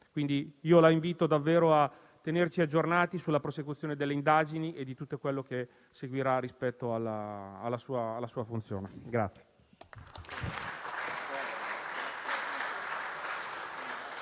intervento. La invito a tenerci aggiornati sulla prosecuzione delle indagini e di tutto quello che seguirà rispetto alla sua funzione.